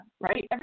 right